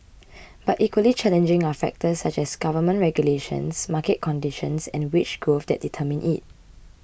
but equally challenging are factors such as government regulations market conditions and wage growth that determine it